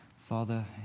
Father